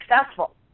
successful